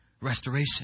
Restoration